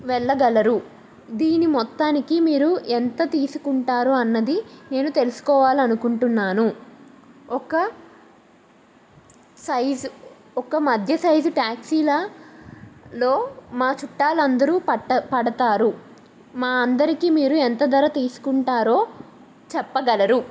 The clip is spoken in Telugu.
వెళ్ళగలరు దీని మొత్తానికి మీరు ఎంత తీసుకుంటారు అన్నది నేను తెలుసుకోవాలనుకుంటున్నాను ఒక సైజు ఒక మధ్య సైజు ట్యాక్సీలలో మా చుట్టాలు అందరూ పట్ట పడతారు మా అందరికీ మీరు ఎంత ధర తీసుకుంటారో చెప్పగలరు